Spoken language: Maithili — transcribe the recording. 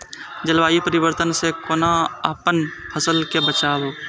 जलवायु परिवर्तन से कोना अपन फसल कै बचायब?